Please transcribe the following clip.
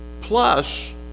plus